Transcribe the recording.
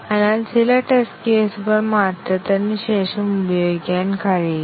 അതിനാൽ ചില ടെസ്റ്റ് കേസുകൾ മാറ്റത്തിന് ശേഷം ഉപയോഗിക്കാൻ കഴിയില്ല